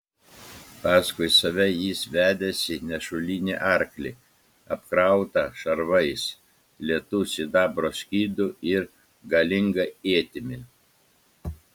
paskui save jis vedėsi nešulinį arklį apkrautą šarvais lietu sidabro skydu ir galinga ietimi